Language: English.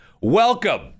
welcome